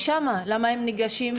זה לא אנשים שמפעילים מכשירים,